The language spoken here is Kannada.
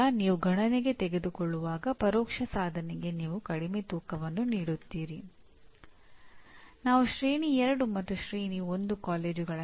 ಪ್ರಾಸಂಗಿಕವಾಗಿ ಇದು ಯಾವಾಗಲೂ ಅನಪೇಕ್ಷಿತವಲ್ಲ ಆದರೆ ಪ್ರಾಸಂಗಿಕವಾಗಿ ಅಥವಾ ದುರದೃಷ್ಟವಶಾತ್ ವಿಶೇಷವಾಗಿ ಉನ್ನತ ಶಿಕ್ಷಣದಲ್ಲಿ ಇದು ಸಂಭವಿಸುತ್ತದೆ